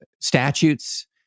statutes